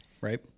right